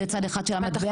זה צד אחד של המטבע.